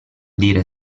dire